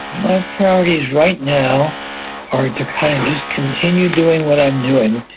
my priorities right now are to kind of just continue doing what i'm doing.